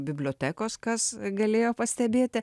bibliotekos kas galėjo pastebėti